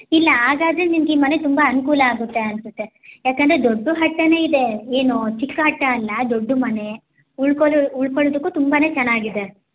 ಇಲ್ಲ ಹಾಗಾದ್ರೆ ನಿನ್ಗೆ ಈ ಮನೆ ತುಂಬ ಅನುಕೂಲ ಆಗುತ್ತೆ ಅನಿಸುತ್ತೆ ಯಾಕಂದರೆ ದೊಡ್ಡ ಅಟ್ಟಾನೇ ಇದೆ ಏನೂ ಚಿಕ್ಕ ಅಟ್ಟ ಅಲ್ಲ ದೊಡ್ಡ ಮನೆ ಉಳ್ಕೊಳ್ಳೋ ಉಳ್ಕೊಳ್ಳೋದಕ್ಕೂ ತುಂಬಾ ಚೆ ನ್ನಾಗಿದೆ